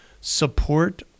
support